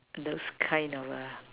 those kind of lah